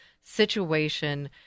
situation